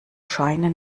scheine